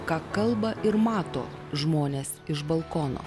ką kalba ir mato žmonės iš balkono